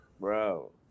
Bro